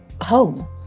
home